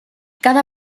cada